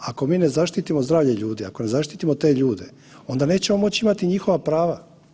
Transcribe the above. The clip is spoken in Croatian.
Ako mi ne zaštitimo zdravlje ljudi, ako ne zaštitimo te ljude onda nećemo moći imati njihova prava.